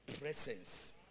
presence